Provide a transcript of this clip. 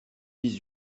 dix